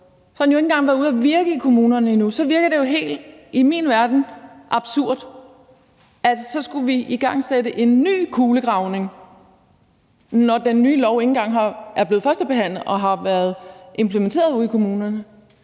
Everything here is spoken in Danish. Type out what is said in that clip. – har den jo ikke engang været ude at virke i kommunerne endnu. Og så virker det jo i min verden helt absurd, at vi så skulle igangsætte en ny kulegravning, når den nye lov ikke engang er blevet førstebehandlet og har været implementeret ude i kommunerne.